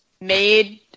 made